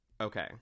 Okay